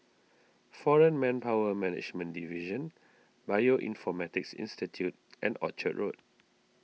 foreign Manpower Management Division Bioinformatics Institute and Orchard Road